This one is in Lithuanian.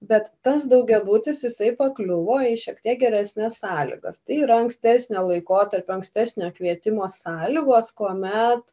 bet tas daugiabutis jisai pakliuvo į šiek tiek geresnes sąlygas tai yra ankstesnio laikotarpio ankstesnio kvietimo sąlygos kuomet